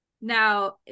now